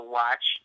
watch